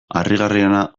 harrigarriena